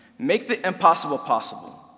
make the impossible possible.